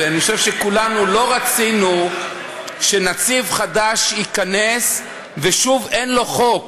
ואני חושב שכולנו לא רצינו שנציב חדש ייכנס ושוב אין לו חוק,